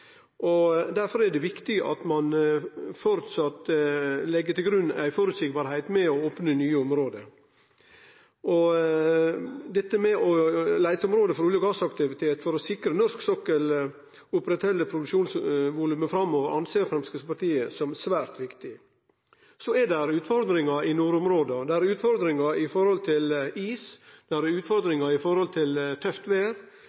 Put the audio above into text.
2020. Derfor er det viktig at ein framleis legg til grunn ei føreseielegheit med omsyn til opning av nye område. Dette med leiteområde for norsk olje- og gassaktivitet for å sikre norsk sokkel operasjonelle produksjonsvolum framover, ser Framstegspartiet på som svært viktig. Så er det utfordringar i nordområda. Det er utfordringar med omsyn til is, tøft